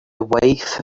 wife